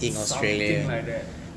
something like that